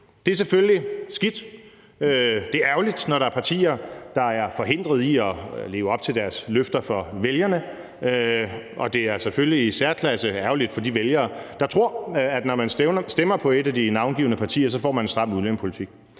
Det er selvfølgelig skidt. Det er ærgerligt, når der er partier, der er forhindret i at leve op til deres løfter over for vælgerne, og det er selvfølgelig i særklasse ærgerligt for de vælgere, der tror, at når man stemmer på et af de navngivne partier, får man en stram udlændingepolitik.